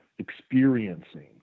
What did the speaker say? experiencing